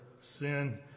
sin